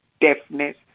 deafness